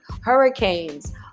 hurricanes